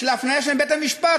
הפניה של בית-המשפט,